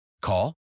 Call